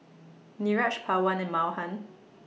Niraj Pawan and Mahan